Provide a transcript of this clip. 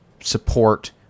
support